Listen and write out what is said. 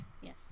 Yes